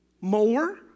More